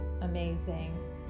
amazing